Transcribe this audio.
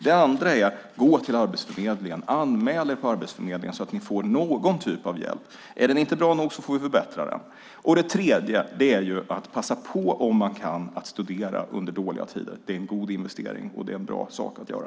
Det andra jag brukar säga är: Gå till Arbetsförmedlingen! Anmäl er på Arbetsförmedlingen så att ni får någon typ av hjälp! Om den inte är bra nog får vi förbättra den. Det tredje jag säger är: Passa på att studera under dåliga tider om ni kan! Det är en god investering och en bra sak att göra.